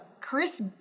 Chris